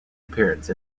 appearance